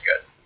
good